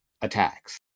attacks